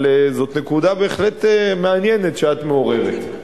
אבל זו בהחלט נקודה מעניינת שאת מעוררת.